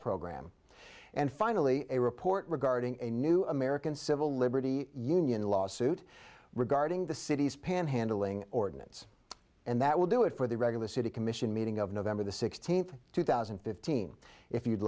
program and finally a report regarding a new american civil liberty union lawsuit regarding the city's panhandling ordinance and that will do it for the regular city commission meeting of november the sixteenth two thousand and fifteen if you'd